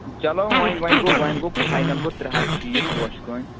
چلو وۅنۍ وۅنۍ گوٚو وۅنۍ گوٚو فاینَل گوٚو ترٛےٚ ہَتھ شیٖتھ پوشہِ کٲنۍ